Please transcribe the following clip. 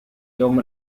يوم